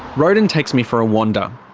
roden takes me for a wander.